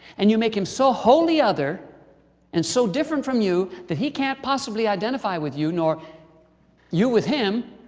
and you make him so holy other and so different from you, that he can't possibly identify with you nor you with him